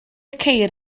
ceir